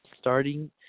starting